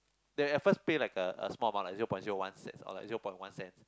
the at first play like a a small amount lah zero point zero one cents or like zero point one cents